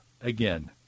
Again